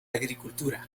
agricultura